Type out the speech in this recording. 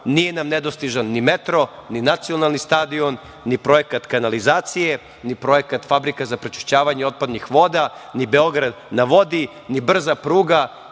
Nije nam nedostižan ni metro, ni nacionalni stadion, ni projekat kanalizacije, ni projekat fabrika za prečišćavanje otpadnih voda, ni „Beograd na vodi“, ni brza pruga